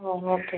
okay